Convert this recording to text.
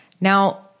Now